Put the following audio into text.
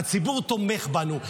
הציבור תומך בנו.